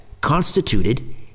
constituted